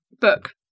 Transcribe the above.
book